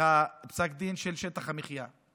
פסק הדין של שטח המחיה.